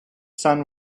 sun